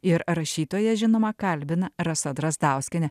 ir rašytoją žinomą kalbina rasa drazdauskienė